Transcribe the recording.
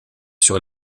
sur